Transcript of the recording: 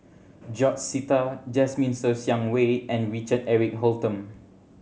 George Sita Jasmine Ser Xiang Wei and Richard Eric Holttum